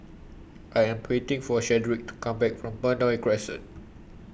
I Am waiting For Shedrick to Come Back from Benoi Crescent